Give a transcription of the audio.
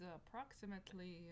approximately